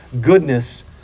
goodness